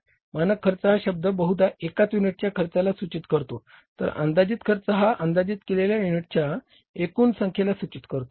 मानक खर्च हा शब्द बहुधा एकाच युनिटच्या खर्चाला सूचित करतो तर अंदाजित खर्च हा अंदाजित केलेल्या युनिटच्या एकूण संख्येला सूचित करतो